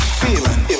feeling